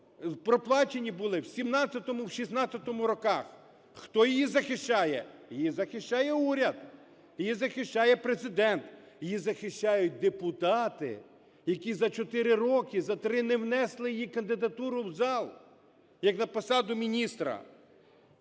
проплачені були в 2017, в 2016 роках. Хто її захищає? Її захищає уряд, її захищає Президент, її захищають депутати, які за чотири роки, за три, не внесли її кандидатуру в зал як на посаду міністра.